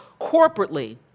corporately